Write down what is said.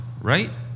right